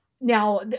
now